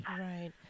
Right